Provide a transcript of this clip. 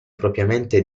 propriamente